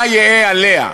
מה יהא עליה?